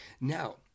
Now